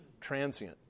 transient